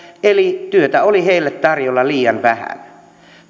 eli työtä oli heille tarjolla liian vähän